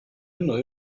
neue